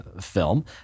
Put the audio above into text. Film